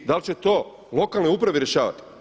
Da li će to u lokalnoj upravi rješavati?